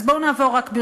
אז בואו נעבור רק,